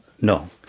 no